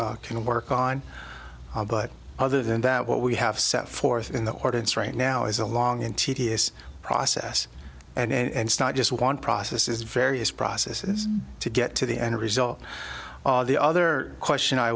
council can work on but other than that what we have set forth in the audience right now is a long and tedious process and not just one process is various processes to get to the end result the other question i